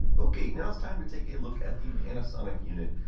ok, now it's time to take a look at the panasonic unit.